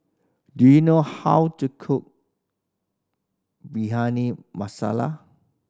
do you know how to cook masala